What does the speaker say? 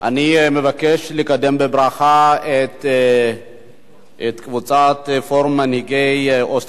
אני מבקש לקדם בברכה את קבוצת פורום מנהיגי אוסטרליה